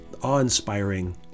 awe-inspiring